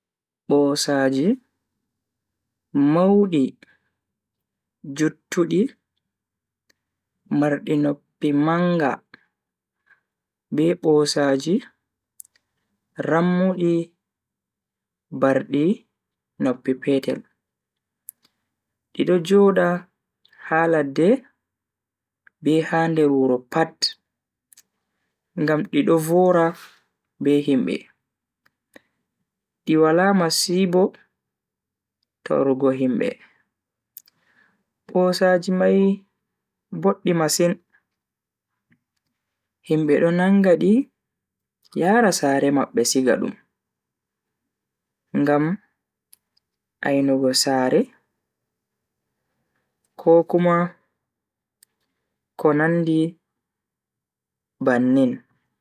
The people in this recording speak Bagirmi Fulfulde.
Bosaaji maudi juttudi mardi noppi manga be bosaaji rammudi bardi noppi petel. Di do jooda ha ladde be ha nder wuro pat ngam di do vowra be himbe. Di wala masibo torrugo himbe. Bosaaji mai boddi masin, himbe do nanga di yara sare mabbe siga dum ngam ainugo sare ko kuma ko nandi bannin.